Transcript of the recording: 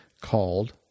called